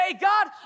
God